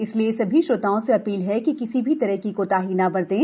इसलिए सभी श्रोताओं से अपील है कि किसी भी तरह की कोताही न बरतें